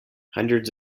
hundreds